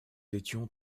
étions